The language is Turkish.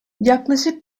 yaklaşık